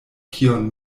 kion